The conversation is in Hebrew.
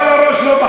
יש דין רציפות?